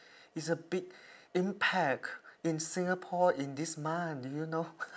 it's a big impact in singapore in this month did you know